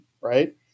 right